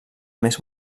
més